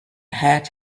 had